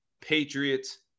Patriots